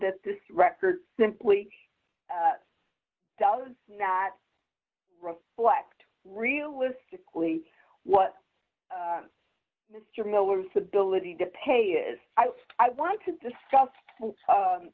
that this record simply does not reflect realistically what mr miller's ability to pay is i want to discuss